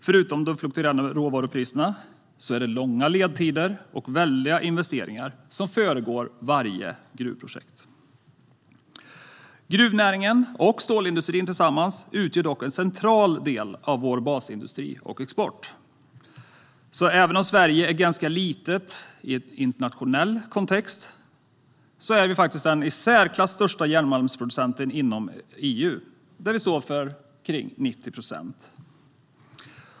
Förutom de fluktuerande råvarupriserna är det långa ledtider och väldiga investeringar som föregår varje gruvprojekt. Gruvnäringen och stålindustrin utgör dock tillsammans en central del av vår basindustri och export. Även om Sverige är ganska litet i en internationell kontext är vi faktiskt den i särklass största järnmalmsproducenten inom EU. Där står vi för omkring 90 procent.